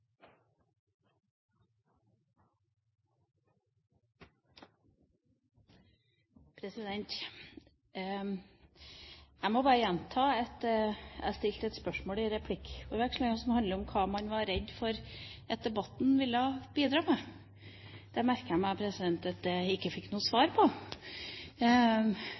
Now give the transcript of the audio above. Jeg må bare gjenta at jeg stilte et spørsmål i replikkvekslingen som handlet om hva man var redd for at debatten ville bidra med. Det merker jeg meg at jeg ikke fikk noe svar på.